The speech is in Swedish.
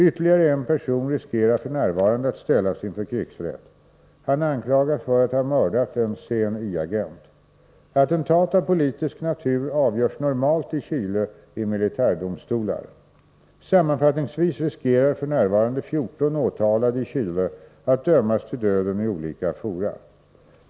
Ytterligare en person riskerar f.n. att ställas inför krigsrätt. Han anklagas för att ha mördat en CNI-agent. Attentat av politisk natur avgörs normalt i Chile i militärdomstolar. Sammanfattningsvis riskerar f.n. 14 åtalade i Chile att dömas till döden i olika fora.